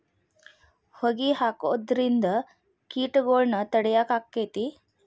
ಹೊಗಿ ಹಾಕುದ್ರಿಂದ ಕೇಟಗೊಳ್ನ ತಡಿಯಾಕ ಆಕ್ಕೆತಿ?